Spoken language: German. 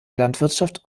landwirtschaft